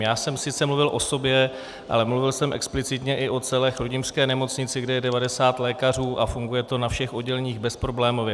Já jsem sice mluvil o sobě, ale mluvil jsem explicitně o celé chrudimské nemocnici, kde je 90 lékařů a funguje to na všech odděleních bezproblémově.